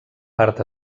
part